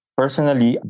personally